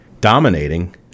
dominating